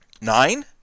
Nine